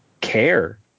care